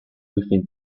within